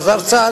חזר צה"ל,